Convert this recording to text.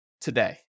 today